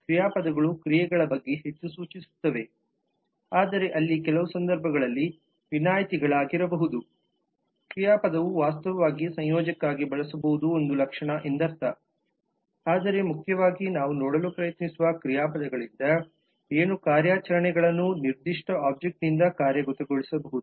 ಕ್ರಿಯಾಪದಗಳು ಕ್ರಿಯೆಗಳ ಬಗ್ಗೆ ಹೆಚ್ಚು ಸೂಚಿಸುತ್ತವೆ ಆದರೆ ಅಲ್ಲಿ ಕೆಲವು ಸಂದರ್ಭಗಳಲ್ಲಿ ವಿನಾಯಿತಿಗಳಾಗಿರಬಹುದು ಕ್ರಿಯಾಪದವು ವಾಸ್ತವವಾಗಿ ಸಂಯೋಜಕಕ್ಕಾಗಿ ಬಳಸಬಹುದು ಒಂದು ಲಕ್ಷಣ ಎಂದರ್ಥ ಆದರೆ ಮುಖ್ಯವಾಗಿ ನಾವು ನೋಡಲು ಪ್ರಯತ್ನಿಸುವ ಕ್ರಿಯಾಪದಗಳಿಂದ ಏನು ಕಾರ್ಯಾಚರಣೆಗಳನ್ನು ನಿರ್ದಿಷ್ಟ ಒಬ್ಜೆಕ್ಟ್ನಿಂದ ಕಾರ್ಯಗತಗೊಳಿಸಬಹುದು